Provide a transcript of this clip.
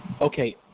Okay